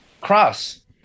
cross